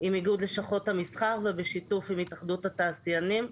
עם איגוד לשכות המסחר ובשיתוף עם התאחדות התעשיינים.